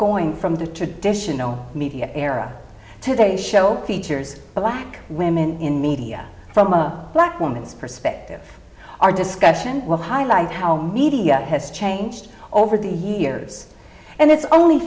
going from the traditional media era today show features the black women in the media from a black woman's perspective our discussion will highlight how media has changed over the years and it's only